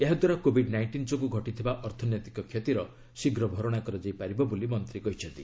ଏହା ଦ୍ୱାରା Covid nineteen ଯୋଗୁଁ ଘଟିଥିବା ଅର୍ଥନୈତିକ କ୍ଷତିର ଶୀଘ୍ର ଭରଣା କରାଯାଇ ପାରିବ ବୋଲି ମନ୍ତ୍ରୀ କହିଛନ୍ତି